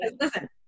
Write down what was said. listen